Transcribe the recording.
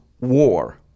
war